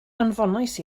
anfonais